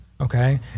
okay